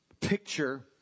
picture